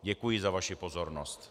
Děkuji za vaši pozornost.